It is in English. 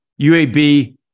UAB